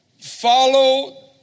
follow